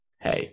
hey